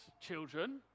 children